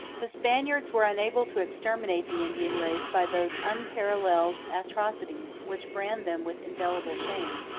the spaniards were unable to exterminate the indian race by those unparalleled atrocities which brand them with indelible shame,